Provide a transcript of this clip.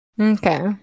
Okay